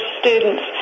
students